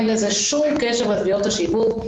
אין לזה שום קשר לתביעות השיבוב.